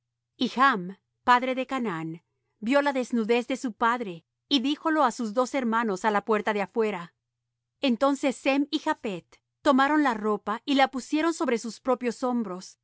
y chm padre de canaán vió la desnudez de su padre y díjolo á sus dos hermanos á la parte de afuera entonces sem y japhet tomaron la ropa y la pusieron sobre sus propios hombros